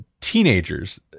teenagers